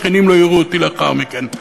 שהשכנים לא יראו אותי לאחר מכן.